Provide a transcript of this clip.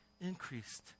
increased